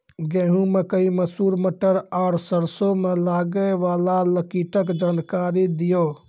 गेहूँ, मकई, मसूर, मटर आर सरसों मे लागै वाला कीटक जानकरी दियो?